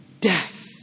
death